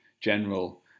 general